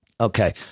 Okay